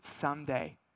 someday